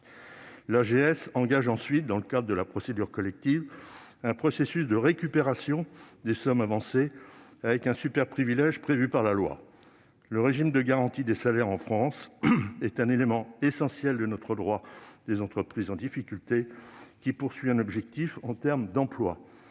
L'AGS engage ensuite, dans le cadre de la procédure collective, un processus de récupération des sommes avancées, avec un superprivilège prévu par la loi. Le régime de garantie des salaires en France est un élément essentiel de notre droit des entreprises en difficulté, avec un objectif en termes d'emplois.